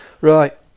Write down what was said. right